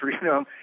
freedom